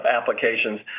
applications